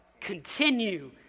continue